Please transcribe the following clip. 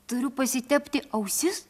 turiu pasitepti ausis